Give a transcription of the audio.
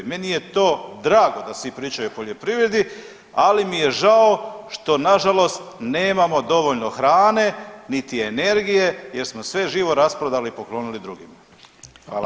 Meni je to drago da svi pričaju o poljoprivredi ali mi je žao što nažalost nemamo dovoljno hrane niti energije jer smo sve živo rasprodali i poklonili drugima.